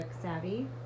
savvy